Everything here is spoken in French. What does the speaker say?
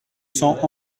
cents